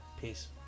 Peace